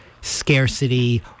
scarcity